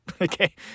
Okay